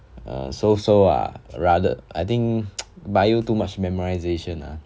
err so so ah rather I think bio too much memorisation ah